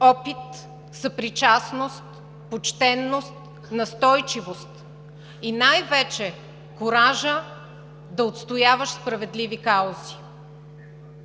опит, съпричастност, почтеност, настойчивост и най-вече куражът да отстояваш справедливи каузи.